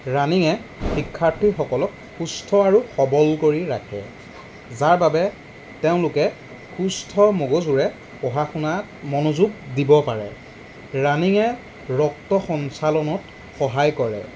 ৰানিঙে শিক্ষাৰ্থীসকলক সুস্থ আৰু সবল কৰি ৰাখে যাৰ বাবে তেওঁলোকে সুস্থ মগজুৰে পঢ়া শুনাত মনোযোগ দিব পাৰে ৰানিঙে ৰক্ত সঞ্চালনত সহায় কৰে